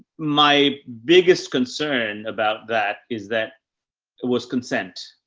my biggest concern about that is that was consent.